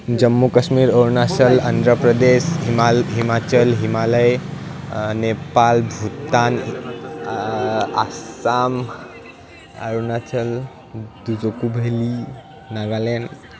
জম্মু কাশ্মীৰ অৰুণাচল অন্ধ্ৰ প্ৰদেশ হিমা হিমাচল হিমালয় নেপাল ভূটান আচাম অৰুণাচল জুকো ভেলি নাগালেণ্ড